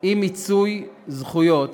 אי-מיצוי זכויות,